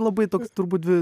labai toks turbūt